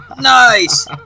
Nice